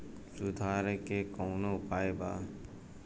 सुधार के कौनोउपाय वा?